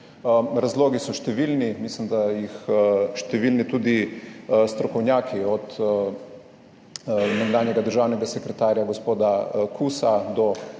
Razlogi so številni. Mislim, da jih [podpirajo] številni, tudi strokovnjaki, od nekdanjega državnega sekretarja gospoda Kusa, do